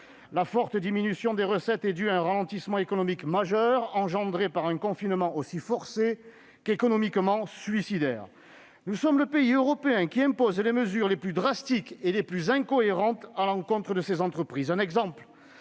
La forte diminution des recettes est due à un ralentissement économique majeur engendré par un confinement aussi forcé qu'économiquement suicidaire. Nous sommes le pays européen qui impose les mesures les plus drastiques et les plus incohérentes à l'encontre de ses entreprises. Un exemple